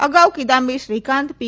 અગાઉ કિદામ્બી શ્રીકાંત પી